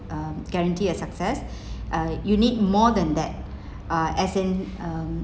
um guarantee a success uh you need more than that uh as in um